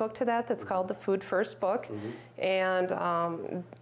book to that that's called the food first book and